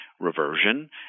reversion